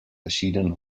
verschiedenen